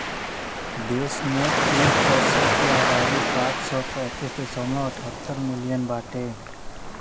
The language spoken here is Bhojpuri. देश में कुल पशु के आबादी पाँच सौ पैंतीस दशमलव अठहत्तर मिलियन बाटे